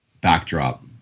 backdrop